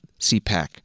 CPAC